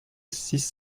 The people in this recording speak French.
six